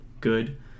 good